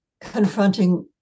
confronting